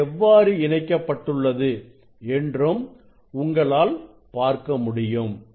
இது எவ்வாறு இணைக்கப்பட்டுள்ளது என்றும் உங்களால் பார்க்க முடியும்